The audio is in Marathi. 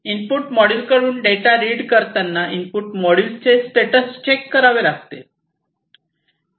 इनपुट मॉड्यूल कडून डेटा रीड करताना इनपुट मॉड्यूल चे स्टेटस चेक करावे लागते